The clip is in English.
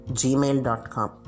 gmail.com